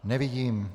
Nevidím.